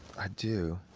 i do.